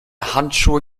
handschuhe